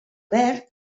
verd